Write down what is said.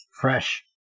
fresh